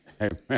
Amen